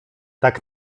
tak